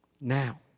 now